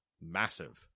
massive